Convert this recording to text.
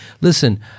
listen